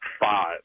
five